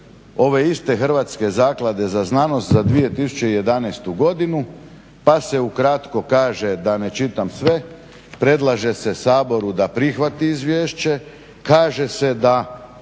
ove iste Hrvatske zaklade za znanost za 2011. godinu, pa se ukratko kaže da ne kažem sve: "Predlaže se Saboru da prihvati izvješće, kaže se da